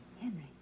Henry